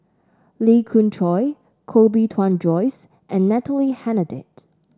Lee Khoon Choy Koh Bee Tuan Joyce and Natalie Hennedige